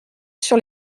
sur